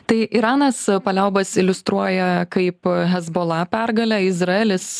tai iranas paliaubas iliustruoja kaip hezbola pergalę izraelis